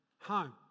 home